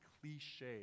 cliche